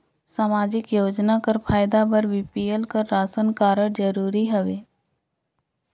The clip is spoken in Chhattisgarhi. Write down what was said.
समाजिक योजना कर फायदा बर बी.पी.एल कर राशन कारड जरूरी हवे?